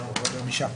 חמישה.